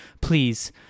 Please